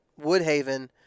Woodhaven